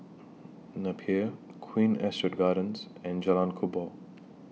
Napier Queen Astrid Gardens and Jalan Kubor